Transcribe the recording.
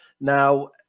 Now